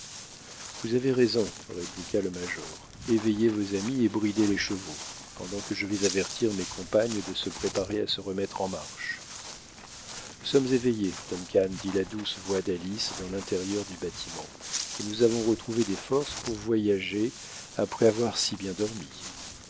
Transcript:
vous avez raison répliqua le major éveillez vos amis et bridez les chevaux pendant que je vais avertir mes compagnes de se préparer à se remettre en marche nous sommes éveillées duncan dit la douce voix d'alice dans l'intérieur du bâtiment et nous avons retrouvé des forces pour voyager après avoir si bien dormi